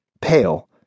pale